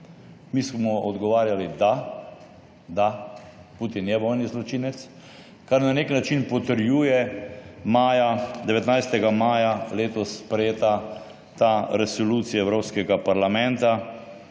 Mi smo odgovarjali da, da, Putin je vojni zločinec, kar na nek način potrjuje 19. maja letos sprejeta Resolucija Evropskega parlamenta